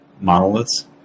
Monoliths